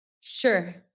Sure